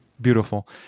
Beautiful